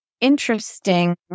interesting